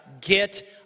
get